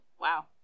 Wow